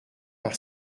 par